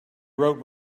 wrote